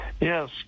Yes